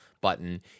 button